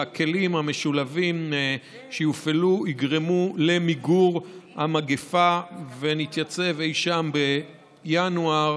והכלים המשולבים שיופעלו יגרמו למיגור המגפה ונתייצב אי-שם בינואר,